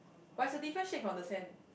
but is a different shade on the sand